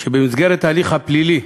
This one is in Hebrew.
במסגרת ההליך הפלילי.